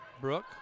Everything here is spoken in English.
Brooke